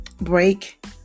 break